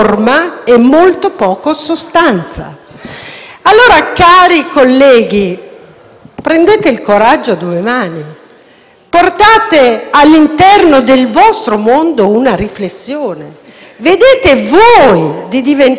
Fedeli)*. Cari colleghi, prendete allora il coraggio a due mani: portate all'interno del vostro mondo una riflessione. Vedete voi di diventare protagonisti su questo tema.